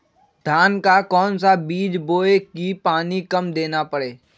धान का कौन सा बीज बोय की पानी कम देना परे?